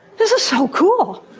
this is so cool,